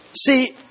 See